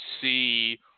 see